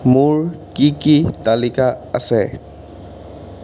মোৰ কি কি তালিকা আছে